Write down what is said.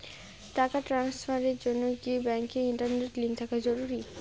টাকা ট্রানস্ফারস এর জন্য কি ব্যাংকে ইন্টারনেট লিংঙ্ক থাকা জরুরি?